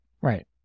Right